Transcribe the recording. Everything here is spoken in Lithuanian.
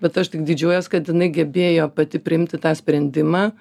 bet aš tik didžiuojuos kad jinai gebėjo pati priimti tą sprendimą